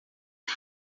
uma